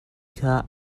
kha